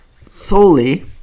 solely